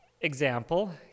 example